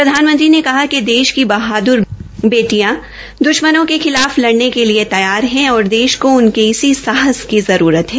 प्रधानमंत्री ने कहा कि देश की बहाद्र बेटियां द्श्मनों के खिलाफ लड़ने के लिए तैयार है और देश को उनके इसी साहस की जरूरत है